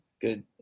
good